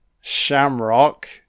Shamrock